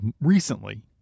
recently